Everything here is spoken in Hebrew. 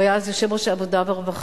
הוא היה אז יושב-ראש ועדת העבודה והרווחה.